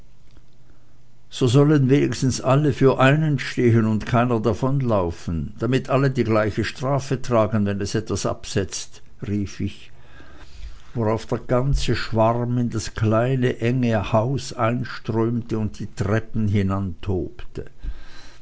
so sollen wenigstens alle für einen stehen und keiner davonlaufen damit alle die gleiche strafe tragen wenn es etwas absetzt rief ich worauf der ganze schwarm in das kleine enge haus einströmte und die treppen